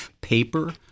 paper